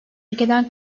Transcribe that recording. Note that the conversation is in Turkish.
ülkeden